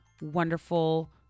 wonderful